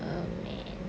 oh man